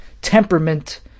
temperament